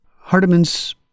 hardiman's